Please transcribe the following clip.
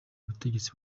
ubutegetsi